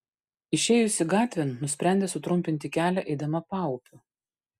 išėjusi gatvėn nusprendė sutrumpinti kelią eidama paupiu